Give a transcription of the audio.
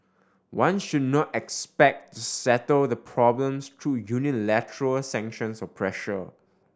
one should not expect to settle the problems through unilateral sanctions or pressure